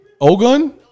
Ogun